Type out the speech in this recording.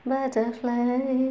Butterfly